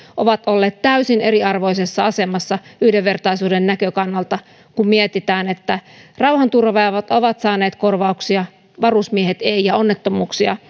ovat olleet täysin eriarvoisessa asemassa yhdenvertaisuuden näkökannalta kun mietitään että rauhanturvaajat ovat ovat saaneet korvauksia varusmiehet eivät ja onnettomuuksia